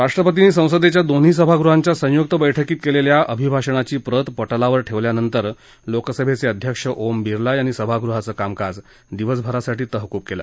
राष्ट्रपर्तींनी संसदेच्या दोन्ही सभागृहांच्या संयुक्त बैठकीत केलेल्या अभिभाषणाची प्रत पटलावर ठेवल्यानंतर लोकसभेचे अध्यक्ष ओम बिर्ला यांनी सभागृहाचं कामकाज दिवसभरासाठी तहकूब केलं